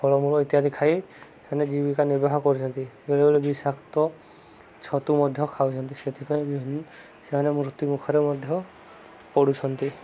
ଫଳମୂଳ ଇତ୍ୟାଦି ଖାଇ ସେମାନେ ଜୀବିକା ନିର୍ବାହ କରୁଛନ୍ତି ବେଳେବେଳେ ବି ବିଷାକ୍ତ ଛତୁ ମଧ୍ୟ ଖାଉଛନ୍ତି ସେଥିପାଇଁ ବି ସେମାନେ ମୃତ୍ୟୁ ମୁୁଖରେ ମଧ୍ୟ ପଡ଼ୁଛନ୍ତି